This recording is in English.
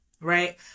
right